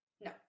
No